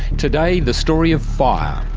today, the story of fire,